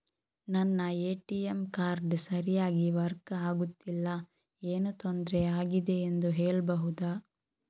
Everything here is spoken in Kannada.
ನನ್ನ ಎ.ಟಿ.ಎಂ ಕಾರ್ಡ್ ಸರಿಯಾಗಿ ವರ್ಕ್ ಆಗುತ್ತಿಲ್ಲ, ಏನು ತೊಂದ್ರೆ ಆಗಿದೆಯೆಂದು ಹೇಳ್ಬಹುದಾ?